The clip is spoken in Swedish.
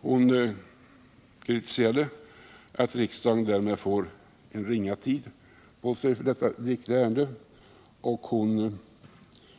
Hon kritiserade att riksdagen därmed får en ringa tid för detta viktiga ärende, och hon